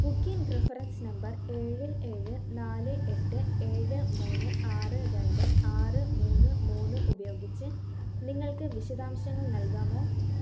booking reference number ഏഴ് ഏഴ് നാല് എട്ട് ഏഴ് മൂന്ന് ആറ് രണ്ട് ആറ് മൂന്ന് മൂന്ന് ഉപയോഗിച്ച് നിങ്ങൾക്ക് വിശദാംശങ്ങൾ നൽകാമോ